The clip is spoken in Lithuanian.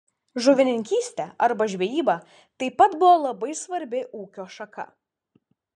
žuvininkystė arba žvejyba taip pat buvo labai svarbi ūkio šaka